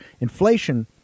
inflation